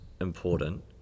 important